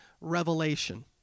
revelation